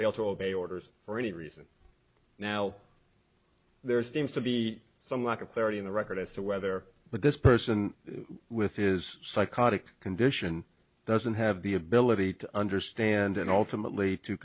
fail to obey orders for any reason now there seems to be some lack of clarity in the record as to whether this person with his psychotic condition doesn't have the ability to understand and ultimately to